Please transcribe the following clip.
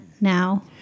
now